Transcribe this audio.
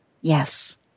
Yes